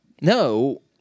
No